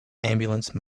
ambulance